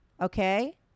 okay